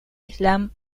islam